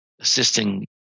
assisting